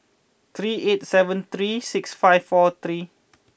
three eight seven three six five four three